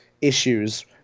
issues